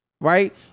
right